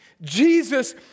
jesus